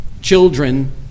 Children